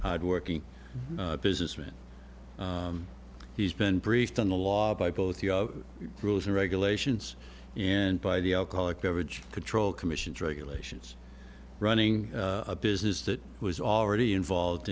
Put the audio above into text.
hard working businessman he's been briefed on the law by both the rules and regulations and by the alcoholic beverage control commissions regulations running a business that was already involved